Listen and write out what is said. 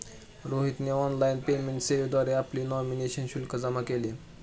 रोहितने online payment सेवेद्वारे आपली नॉमिनेशनचे शुल्क जमा केले